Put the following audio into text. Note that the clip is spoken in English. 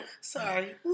Sorry